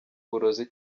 uburozi